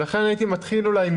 לכן הייתי מתחיל אולי,